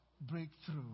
breakthrough